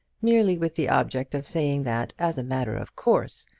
merely with the object of saying that, as a matter of course,